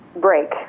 break